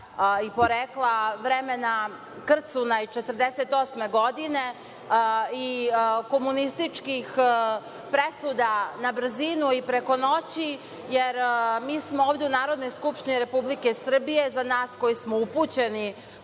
i porekla, Krcuna i 1948. godine i komunističkih presuda na brzinu i preko noći jer mi smo ovde u Narodnoj skupštini Republike Srbije, za nas koji smo upućeni